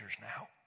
now